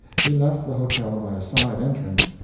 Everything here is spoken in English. he left the hotel by a side entrance,